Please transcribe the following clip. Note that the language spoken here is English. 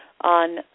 on